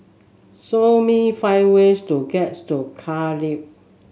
show me five ways to gets to Cardiff